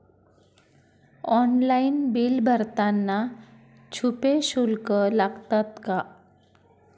Online bill भरताना छुपे शुल्क लागतात का?